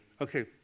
Okay